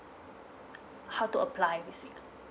how to apply basically